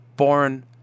born